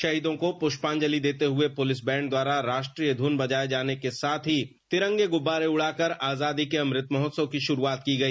शहीदों को पुष्पांजलि देते हुए पुलिस बैंड द्वारा राष्ट्रीय धुन बजाए जाने के साथ ही तिरंगे गुब्बारे उड़ाकर आजादी के अमृत महोत्सव की शुरुआत की गई